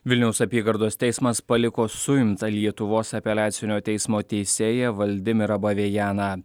vilniaus apygardos teismas paliko suimtą lietuvos apeliacinio teismo teisėją valdimirą bavejaną